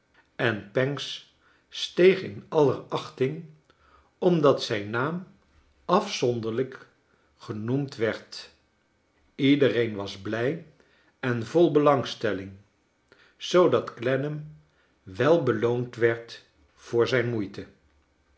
en pancks steeg in aller achting omdat zijn naam afzonderlijk genoemd werd iedereen was blij en vol belangstelling zoodat clennam wel beloond werd voor zijn moeite